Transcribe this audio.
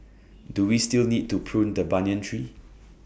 do we still need to prune the banyan tree